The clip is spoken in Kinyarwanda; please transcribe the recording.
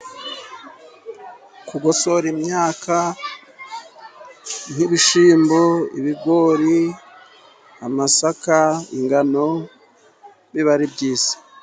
Kugosora imyaka nk'ibishyimbo, ibigori, amasaka, ingano biba ari byiza.